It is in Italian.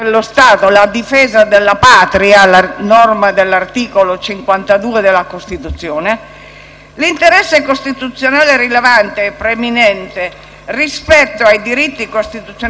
l'interesse costituzionalmente rilevante e preminente rispetto ai diritti costituzionali dei migranti e dei funzionari italiani trattenuti a bordo della